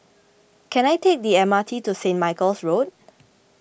Can I take the M R T to Saint Michael's Road